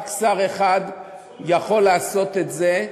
רק שר אחד, יכול לעשות את זה,